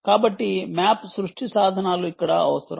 కాబట్టి మ్యాప్ సృష్టి సాధనాలు ఇక్కడ అవసరం